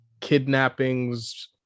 kidnappings